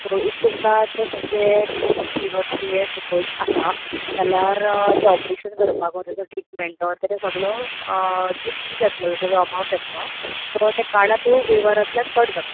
so तुमकां तें खंयचें जाल्यार ऑपरेशन करपाक वा तेचो ट्रिटमॅंट वा तेचो सगळो जो फी जातलो जो अमाउंट जातलो सो त्या कार्डाच्या वैवरांतल्यान कट जातलो